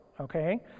okay